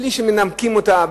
בלי שמנמקים אותה,